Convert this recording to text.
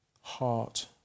heart